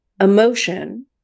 Emotion